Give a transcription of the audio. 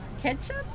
ketchup